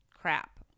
crap